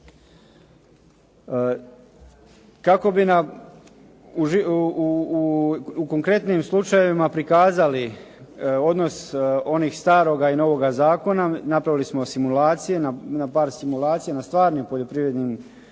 Kako bi nam u konkretnim slučajevima prikazali odnos onog staroga i novoga zakona napravili smo simulacije, par simulacija na stvarnim poljoprivrednim